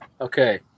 Okay